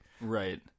Right